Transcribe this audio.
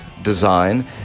design